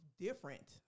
different